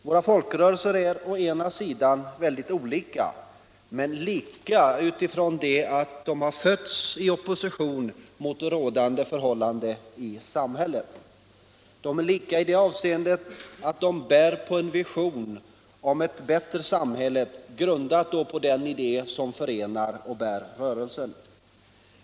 Våra folkrörelser är väldigt olika, men lika på det sättet att de har fötts i opposition mot rådande förhållanden i samhället. De är lika i det avseendet att de bär på en vision om ett bättre samhälle, grundat på den idé som förenar och bär rörelsen.